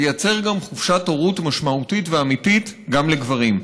לייצר גם חופשת הורות משמעותית ואמיתית גם לגברים.